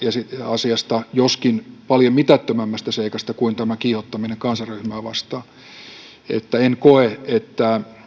asiasta joskin paljon mitättömämmästä seikasta kuin tämä kiihottaminen kansanryhmää vastaan eli en koe että